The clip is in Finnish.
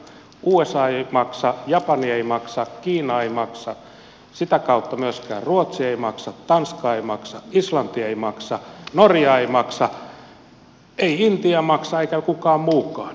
usa ei maksa japani ei maksa kiina ei maksa sitä kautta myöskään ruotsi ei maksa tanska ei maksa islanti ei maksa norja ei maksa ei intia maksa eikä kukaan muukaan